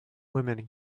women